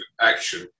action